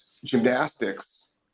gymnastics